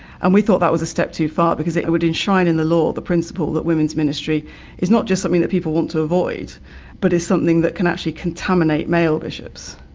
and we thought that was a step too far because it it would enshrine in the law the principle that women's ministry is not just something that people want to avoid but is something that can actually contaminate male bishops.